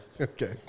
Okay